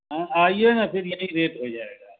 ہاں آئیے نا پھر یہی ریٹ ہو جائے گا